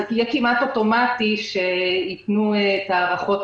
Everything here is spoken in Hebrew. אז זה יהיה כמעט אוטומטי שיתנו את הארכות